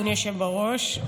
אדוני היושב-ראש,